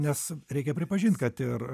nes reikia pripažint kad ir